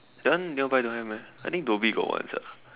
that one nearby don't have meh I think Dhoby got one sia